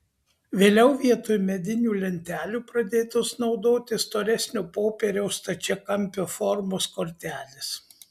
vėliau vietoj medinių lentelių pradėtos naudoti storesnio popieriaus stačiakampio formos kortelės